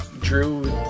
Drew